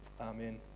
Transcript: Amen